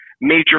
major